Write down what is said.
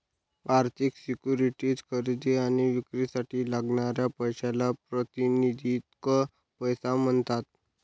आर्थिक सिक्युरिटीज खरेदी आणि विक्रीसाठी लागणाऱ्या पैशाला प्रातिनिधिक पैसा म्हणतात